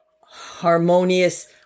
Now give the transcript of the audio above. harmonious